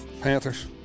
Panthers